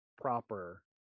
proper